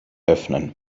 öffnen